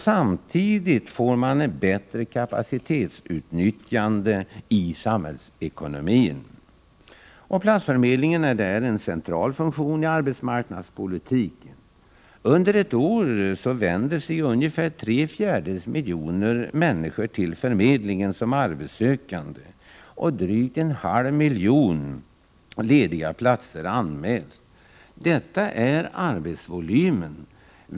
Samtidigt får man ett Platsförmedlingen är den centrala funktionen i arbetsmarknadspolitiken. Under ett år vänder sig ungefär tre fjärdedels miljoner människor till förmedlingen som arbetssökande och drygt en halv miljon lediga platser anmäls. Detta är arbetsvolymen.